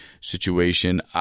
situation